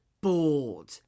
bored